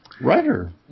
writer